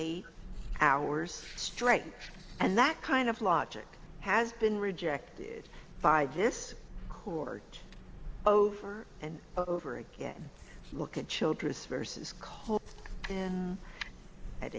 eight hours straight and that kind of logic has been rejected by this court over and over again look at childress vs colt and at